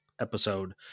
episode